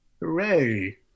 Hooray